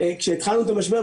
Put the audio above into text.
כשהתחלנו את המשבר,